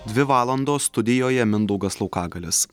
dvi valandos studijoje mindaugas laukagalis